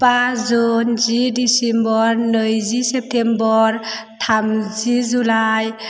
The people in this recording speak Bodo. बा जुन जि डिसिम्बर नैजि सेप्तेम्बर थामजि जुलाइ